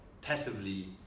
passively